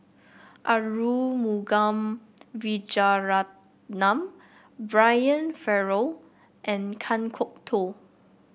Arumugam Vijiaratnam Brian Farrell and Kan Kwok Toh